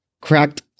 Cracked